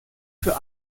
für